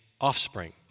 offspring